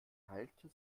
teilte